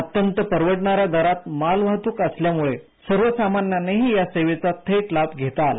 अत्यंत परवडणाऱ्या दरात मालवाहतूक असल्यामुळे सर्वसामान्यांनाही या सेवेचा थेट लाभ घेता आला